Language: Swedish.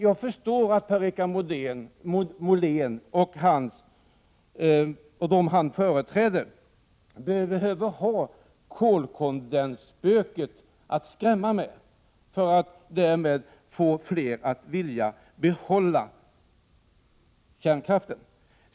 Jag förstår att Per-Richard Molén och de han företräder behöver ha kolkondensspöket att skrämma med, för att därmed få fler att vilja behålla kärnkraften.